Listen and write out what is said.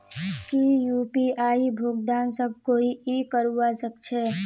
की यु.पी.आई भुगतान सब कोई ई करवा सकछै?